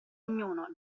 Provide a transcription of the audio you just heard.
ognuno